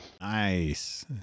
Nice